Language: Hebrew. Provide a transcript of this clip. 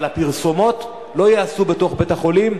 אבל הפרסומות לא ייעשו בתוך בית-החולים,